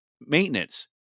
maintenance